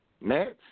Next